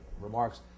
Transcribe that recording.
remarks